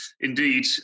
Indeed